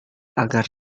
agar